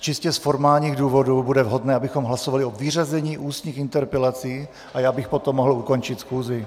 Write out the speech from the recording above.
Čistě z formálních důvodů bude vhodné, abychom hlasovali o vyřazení ústních interpelací, a já bych potom mohl ukončit schůzi.